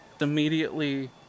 immediately